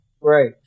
Right